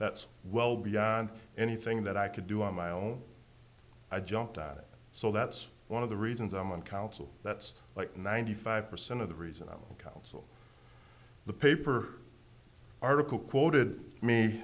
that's well beyond anything that i could do on my own i jumped at it so that's one of the reasons i'm on council that's like ninety five percent of the reason i got the paper article quoted me